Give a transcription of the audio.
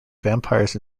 vampires